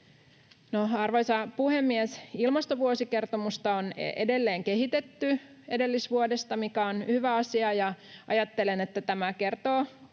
Arvoisa puhemies! Ilmastovuosikertomusta on edelleen kehitetty edellisvuodesta, mikä on hyvä asia, ja ajattelen, että tämä kertoo